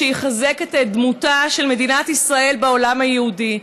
שיחזק את דמותה של מדינת ישראל בעולם היהודי.